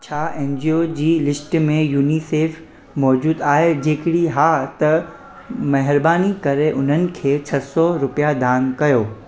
छा एनजीओ जी लिस्ट में यूनीसेफ मौजूद आहे जेकॾहिं हा त महिरबानी करे उन्हनि खे छह सौ रुपिया दान कयो